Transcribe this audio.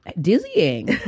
dizzying